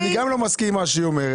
מיכל, אני גם לא מסכים עם מה שהיא אומרת.